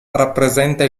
rappresenta